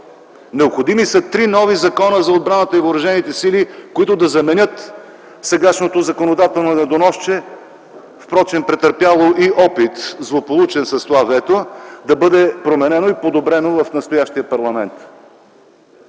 Необходими са три нови закона за отбраната и въоръжените сили, които да заменят сегашното законодателно недоносче, впрочем претърпяло и злополучен опит с това вето, да бъде променено и подобрено в настоящия парламент.